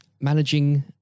managing